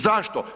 Zašto?